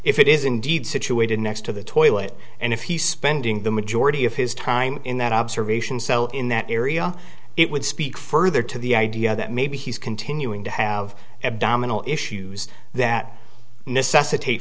if it is indeed situated next to the toilet and if he's spending the majority of his time in that observation cell in that area it would speak further to the idea that maybe he's continuing to have abdominal issues that necessitate